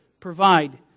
provide